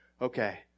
Okay